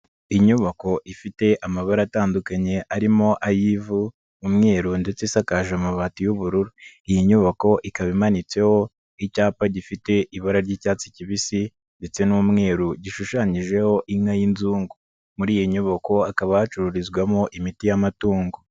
Inyubako ifite amabara atandukanye arimo ay'ivu, umweru ndetse isakaje amabati y'ubururu, iyi nyubako ikaba imanitseho icyapa gifite ibara ry'icyatsi kibisi ndetse n'umweru gishushanyijeho inka y'inzungu, muri iyo nyubakokaba hakaba hacururizwamo imiti y'amatungo.